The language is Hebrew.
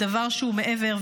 לדבר שהוא מעבר,